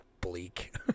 bleak